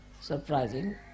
surprising